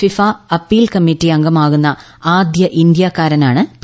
FIFA appeal committee അംഗമാകുന്ന ആദ്യ ഇന്ത്യക്കാരനാണ് പി